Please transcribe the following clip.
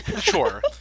Sure